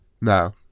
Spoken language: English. No